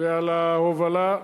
ועל ההובלה.